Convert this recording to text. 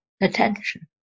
attention